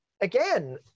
again